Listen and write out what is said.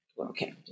Okay